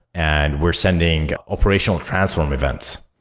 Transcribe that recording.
and we're sending operational transform events.